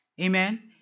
Amen